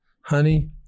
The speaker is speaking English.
honey